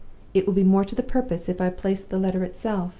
it will be more to the purpose if i place the letter itself,